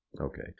Okay